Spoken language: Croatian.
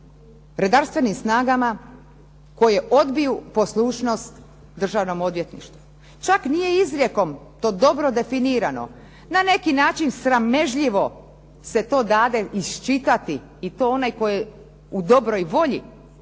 redarstvenim snagama koje odbiju poslušnost državnom odvjetništvu. Čak nije izrijekom to dobro definirano. Na neki način sramežljivo se to dade iščitati i to onaj tko je u dobroj volji